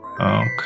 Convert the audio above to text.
Okay